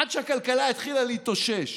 עד שהכלכלה התחילה להתאושש,